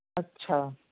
ਅੱਛਾ